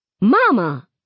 Mama